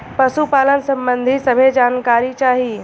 पशुपालन सबंधी सभे जानकारी चाही?